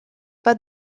pas